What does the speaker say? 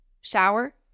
shower